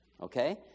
okay